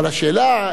אבל השאלה,